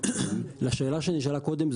לשאלה שנשאלה קודם,